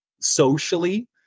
socially